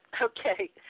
Okay